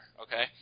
Okay